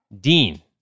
Dean